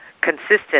consistent